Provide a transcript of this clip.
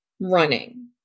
running